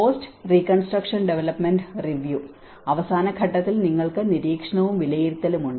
post reconstruction development review അവസാന ഘട്ടത്തിൽ നിങ്ങൾക്ക് നിരീക്ഷണവും വിലയിരുത്തലും ഉണ്ട്